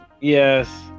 Yes